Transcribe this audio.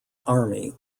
army